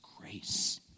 Grace